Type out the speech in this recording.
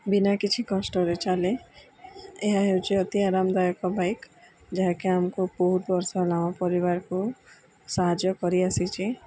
ବିନା କିଛି କଷ୍ଟରେ ଚାଲେ ଏହା ହେଉଛି ଅତି ଆରାମଦାୟକ ବାଇକ୍ ଯାହାକି ଆମକୁ ବହୁତ ବର୍ଷ ହେଲା ଆମ ପରିବାରକୁ ସାହାଯ୍ୟ କରିଆସିଛି